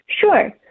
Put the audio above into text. Sure